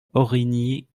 origny